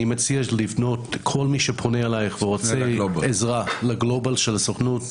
אני מציע להפנות כל מי שפונה אלייך ורוצה עזרה לגלובל של הסוכנות,